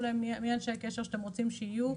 לנו מי הם אנשי הקשר שאתם רוצים שיהיו,